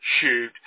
shoot